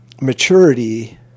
maturity